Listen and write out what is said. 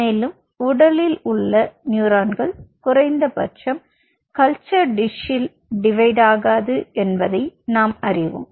மேலும் உடலில் உள்ள நியூரான்கள் குறைந்தபட்சம் கல்ச்சர் டிஷ்ஷில் டிவைட் ஆகாது என்பதை நாம் அறிவோம்